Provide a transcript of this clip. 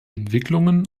entwicklungen